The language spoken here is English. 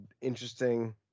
interesting